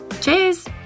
cheers